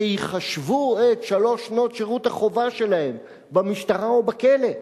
שיחשבו את שלוש שנות שירות החובה שלהם במשטרה ובכלא,